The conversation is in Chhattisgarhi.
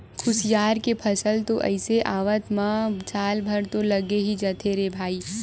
खुसियार के फसल तो अइसे आवत म साल भर तो लगे ही जाथे रे भई